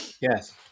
Yes